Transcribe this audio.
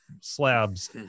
slabs